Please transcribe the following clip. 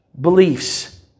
beliefs